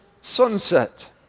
sunset